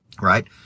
right